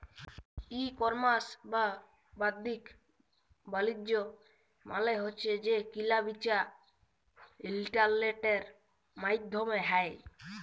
ই commerce বা বাদ্দিক বালিজ্য মালে হছে যে কিলা বিচা ইলটারলেটের মাইধ্যমে হ্যয়